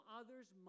others